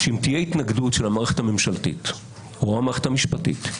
שאם תהיה התנגדות של המערכת הממשלתית או המערכת המשפטית,